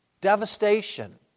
devastation